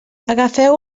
agafeu